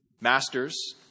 Masters